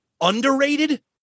underrated